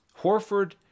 Horford